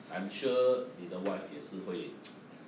I'm sure 你的 wife 也是会